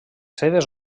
seves